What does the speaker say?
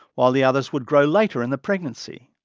while the others would grow later in the pregnancy.